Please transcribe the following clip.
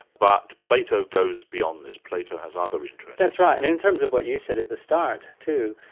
but plato goes beyond this, plato has other interests. that's right, and in terms of what you said at the start too,